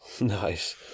Nice